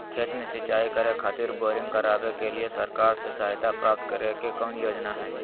खेत में सिंचाई करे खातिर बोरिंग करावे के लिए सरकार से सहायता प्राप्त करें के कौन योजना हय?